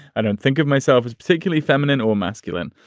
i don't think of myself as particularly feminine or masculine.